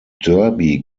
derby